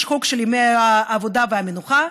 יש חוק של ימי עבודה ומנוחה,